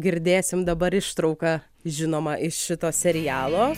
girdėsim dabar ištrauką žinomą iš šito serialo